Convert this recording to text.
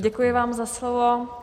Děkuji vám za slovo.